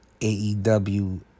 aew